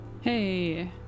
Hey